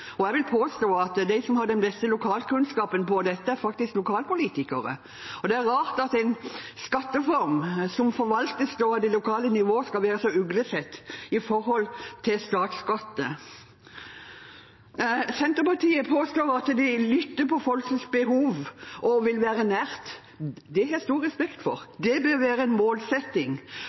Jeg vil påstå at de som har den beste lokalkunnskapen om dette, faktisk er lokalpolitikere. Det er rart at en skatteform som forvaltes av det lokale nivået, skal være så uglesett i forhold til statsskatter. Senterpartiet påstår at de lytter til folks behov og vil være nært. Det har jeg stor respekt for, det bør være en målsetting